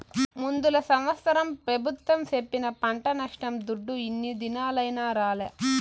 ముందల సంవత్సరం పెబుత్వం సెప్పిన పంట నష్టం దుడ్డు ఇన్ని దినాలైనా రాలే